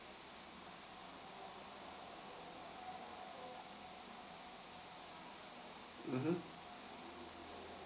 mmhmm